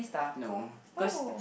no cause